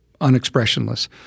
unexpressionless